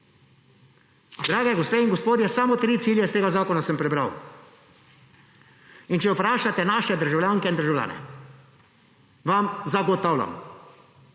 Drage gospe in gospodje, samo tri cilje iz tega zakona sem prebral. Če vprašate naše državljanke in državljane, vam zagotavljam,